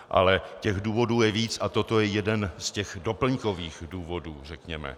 Ale těch důvodů je víc a toto je jeden z těch doplňkových důvodů, řekněme.